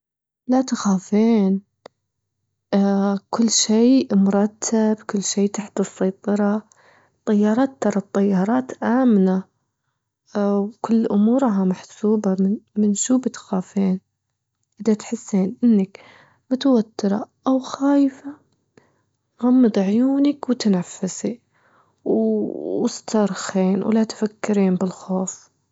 لا تخافين، كل شي مرتب، كل شي تحت السيطرة، طيارات- ترا الطيارات ءامنة، وكل أمورها محسوبة، من شو بتخافين، إذا تحسين إنك متوترة أو خايفة غمضي عيونك وتنفسي، واسترخين ولا تفكرين بالخوف.